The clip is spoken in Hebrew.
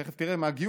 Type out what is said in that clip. תכף תראה מהגיור,